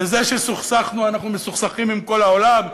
לזה שסוכסכנו, שאנחנו מסוכסכים עם כל העולם?